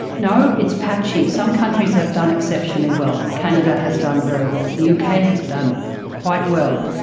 no, it's patchy. some countries have done exceptionally well. canada has done very well. the uk ah has done quite well,